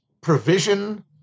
provision